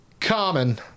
common